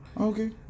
Okay